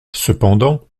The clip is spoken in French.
cependant